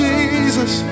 Jesus